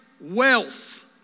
wealth